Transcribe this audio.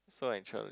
so actually